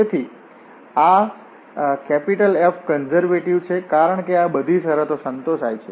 તેથી આ F conservative છે કારણ કે આ બધી શરતો સંતોષાય છે